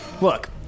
look